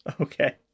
Okay